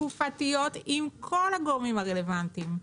תקופתיות עם כל הגורמים הרלוונטיים.